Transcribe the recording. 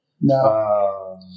No